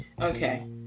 okay